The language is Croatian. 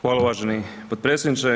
Hvala uvaženi potpredsjedniče.